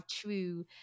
true